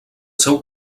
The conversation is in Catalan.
seu